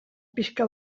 pixka